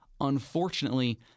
Unfortunately